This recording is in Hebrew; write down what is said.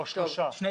או שלושה.